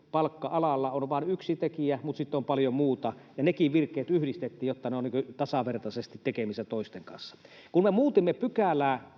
mediaanipalkka-alalla on vain yksi tekijä, mutta sitten on paljon muuta, ja nekin virkkeet yhdistettiin, jotta ne ovat tasavertaisesti tekemisissä toisten kanssa. Kun me muutimme pykälää,